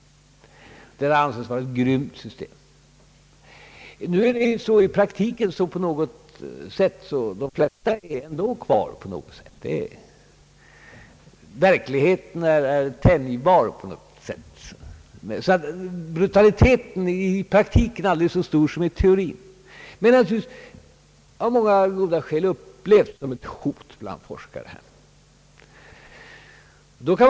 Detta har ansetts vara ett grymt system. Men i praktiken är de flesta ändå kvar på något sätt. Verkligheten är tänjbar, så att brutaliteten är 1 praktiken inte så stor som i teorin. Men systemet upplevs av många skäl bland forskare som ett hot.